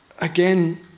again